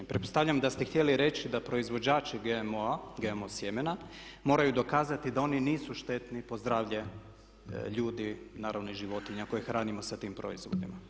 Pretpostavljam da ste htjeli reći da proizvođači GMO sjemena moraju dokazati da oni nisu štetni po zdravlje ljudi, naravno i životinja koje hranimo sa tim proizvodima.